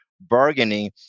bargaining